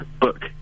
book